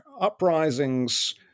uprisings